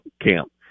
Camp